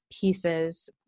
pieces